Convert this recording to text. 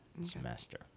semester